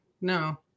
No